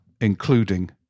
including